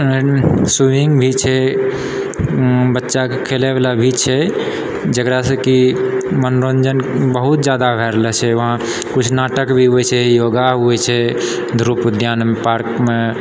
swimming भी छै बच्चाकेँ खेलैवला भी छै जकरासँ कि मनोरञ्जन बहुत जादा भए रहल छै वहाँ किछु नाटक भी होइ छै योगा होइ छै ध्रुव उद्यान पार्कमे